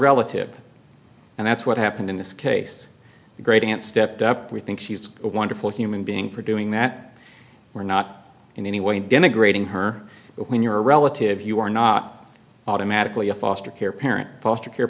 relative and that's what happened in this case the great aunt stepped up we think she's a wonderful human being for doing that we're not in any way denigrating her but when you're a relative you are not automatically a foster care parent foster care